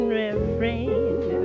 refrain